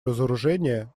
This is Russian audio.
разоружения